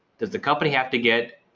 does the company have to get,